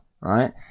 right